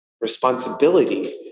responsibility